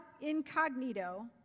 incognito